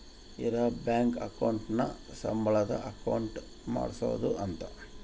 ಇರ bank account ನ ಸಂಬಳದ್ ಅಕೌಂಟ್ ಮಾಡ್ಸೋದ ಅಂತ